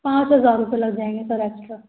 पाँच हजार रुपए लग जाएँगे सर एक्स्ट्रा